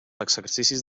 exercicis